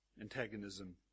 antagonism